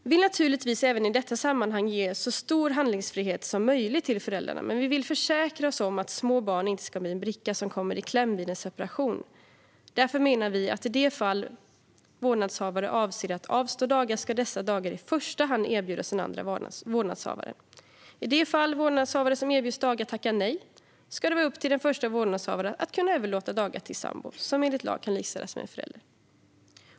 Vi vill naturligtvis även i detta sammanhang ge så stor handlingsfrihet som möjligt till föräldrarna, men vi vill försäkra oss om att små barn inte ska bli en bricka som kommer i kläm vid en separation. Därför menar vi att i de fall en vårdnadshavare avser att avstå dagar ska dessa dagar i första hand erbjudas den andra vårdnadshavaren. I de fall den vårdnadshavare som erbjuds dagar tackar nej ska det vara upp till den andra vårdnadshavaren att överlåta dagar till en sambo som enligt lag kan likställas med en förälder.